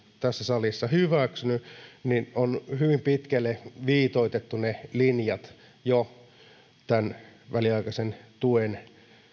tässä salissa hyväksynyt on hyvin pitkälle jo viitoitettu ne linjat tämän väliaikaisen tuen